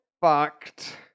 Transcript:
fucked